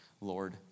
Lord